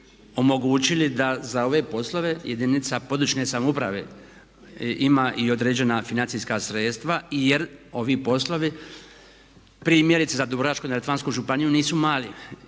omogućili da za ove poslove jedinica područne samouprave ima i određena financijska sredstva jer ovi poslovi primjerice za Dubrovačko-neretvansku županiju nisu mali